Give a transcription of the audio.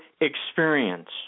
experience